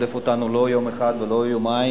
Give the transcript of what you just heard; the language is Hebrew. רודף אותנו לא יום אחד ולא יומיים,